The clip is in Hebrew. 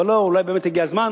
ולא, אולי באמת הגיע הזמן.